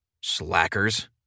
slackers